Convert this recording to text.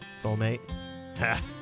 Soulmate